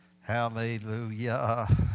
Hallelujah